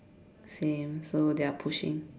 same so they are pushing